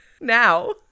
Now